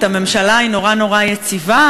הממשלה היא נורא נורא יציבה,